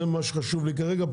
זה מה שחשוב לי כרגע.